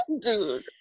Dude